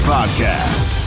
Podcast